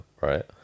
right